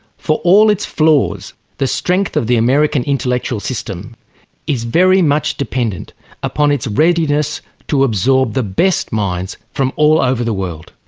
for all its flaws the strength of the american intellectual system is very much dependent upon its readiness to absorb the best minds from all over the world.